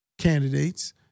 candidates